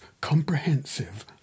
comprehensive